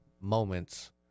moments